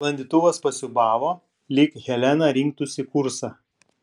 sklandytuvas pasiūbavo lyg helena rinktųsi kursą